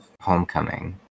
Homecoming